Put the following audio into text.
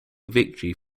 victory